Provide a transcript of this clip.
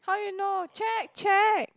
how you know check check